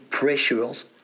pressures